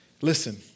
Listen